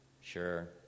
Sure